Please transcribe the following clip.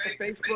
Facebook